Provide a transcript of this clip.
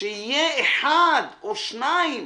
שיהיה אחד או שניים